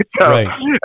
Right